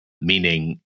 meaning